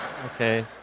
Okay